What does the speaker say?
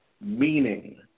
meaning